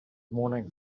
morning